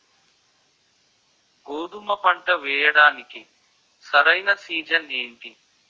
గోధుమపంట వేయడానికి సరైన సీజన్ ఏంటి?